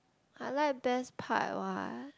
I like best part what